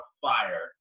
fire